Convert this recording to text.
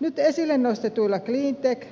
nyt esille nostetuilla cleantech